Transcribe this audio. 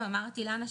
אילנה,